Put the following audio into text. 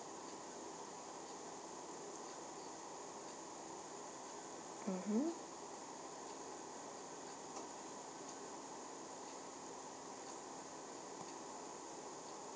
mmhmm